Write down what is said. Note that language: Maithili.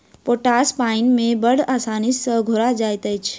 पोटास पाइन मे बड़ आसानी सॅ घोरा जाइत अछि